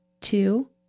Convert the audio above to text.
two